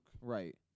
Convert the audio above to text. Right